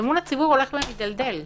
אמון הציבור הולך ומדלדל.